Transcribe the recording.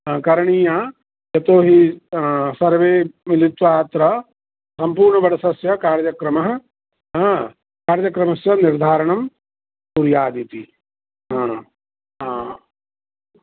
अ करणीया यतो हि सर्वे मिलित्वा अत्र संपूर्णवर्षस्य कार्यक्रमः कार्यक्रमस्य निर्धारणं कुर्यादिति ह ह